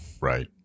Right